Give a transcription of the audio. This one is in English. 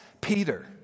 Peter